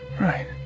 Right